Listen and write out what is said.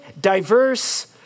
diverse